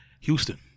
Houston